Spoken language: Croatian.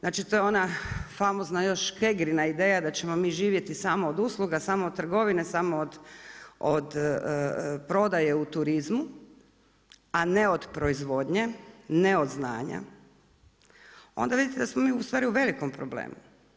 Znači to je ona famozna još Škegrina ideja da ćemo mi živjeti samo od usluga, samo od trgovine, samo od prodaje u turizmu a ne od proizvodnje, ne od znanja, onda vidite da smo mi u stvari u velikom problemu.